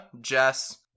Jess